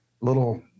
little